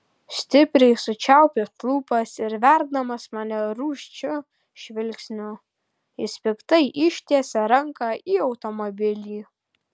stipriai sučiaupęs lūpas ir verdamas mane rūsčiu žvilgsniu jis piktai ištiesia ranką į automobilį